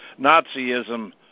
Nazism